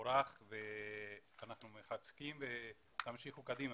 ואנחנו מחזקים ותמשיכו קדימה,